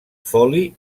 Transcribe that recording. foli